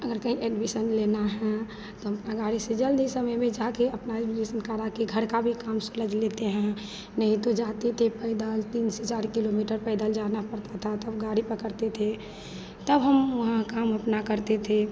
अगर कहीं एडमीसन लेना है तो हम अपना गाड़ी से जल्दी समय में जाकर अपना एडमीसन करा के घर का भी काम सुलझा लेते हैं नहीं तो जाते थे पैदल तीन से चार किलोमीटर पैदल जाना पड़ता था तब गाड़ी पकड़ते थे तब हम वहाँ काम अपना करते थे